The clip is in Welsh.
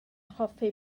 hoffi